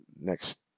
next